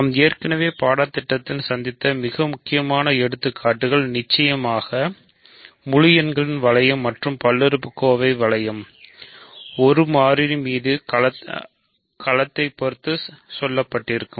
நாம் ஏற்கனவே பாடத்திட்டத்தில் சந்தித்த மிக முக்கியமான எடுத்துக்காட்டுகள் நிச்சயமாக முழு எண்களின் வளையம் மற்றும் பல்லுறுப்புக்கோவை வாளையம் ஒரு மாறியின் மீது களத்தைப் பொருத்து சொல்லப்பட்டிருக்கும்